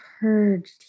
purged